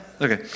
okay